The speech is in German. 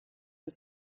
für